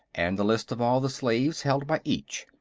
and a list of all the slaves held by each.